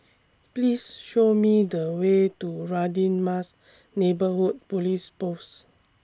Please Show Me The Way to Radin Mas Neighbourhood Police Post